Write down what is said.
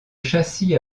châssis